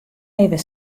even